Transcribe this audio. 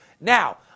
Now